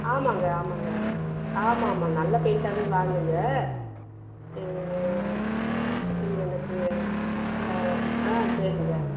ஆமாங்க ஆமாங்க ஆமாம் ஆமாம் நல்ல பெயிண்டாகவே வாங்குங்க நீங்கள் எனக்கு ஆ சரிங்க